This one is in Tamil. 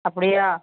அப்படியா